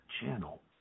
channel